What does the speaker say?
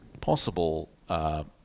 possible